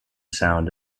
sound